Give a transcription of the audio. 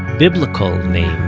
biblical name